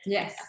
Yes